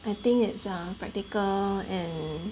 I think it's a practical and